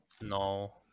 No